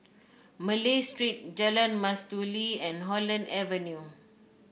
Malay Street Jalan Mastuli and Holland Avenue